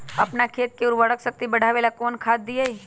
अपन खेत के उर्वरक शक्ति बढावेला कौन खाद दीये?